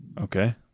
Okay